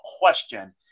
question